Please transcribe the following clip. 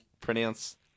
pronounce